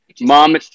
mom